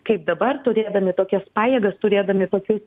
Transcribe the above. kaip dabar turėdami tokias pajėgas turėdami tokius